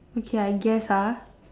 okay I guess ah